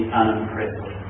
unimpressive